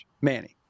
Manny